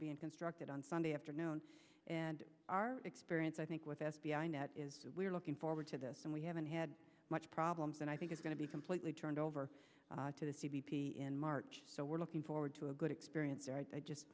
being constructed on sunday afternoon and our experience i think with f b i net is we're looking forward to this and we haven't had much problems and i think it's going to be completely turned over to the c p p in march so we're looking forward to a good experience